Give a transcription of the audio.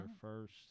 first